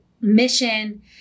mission